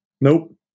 Nope